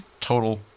total